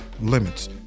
limits